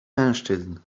mężczyzn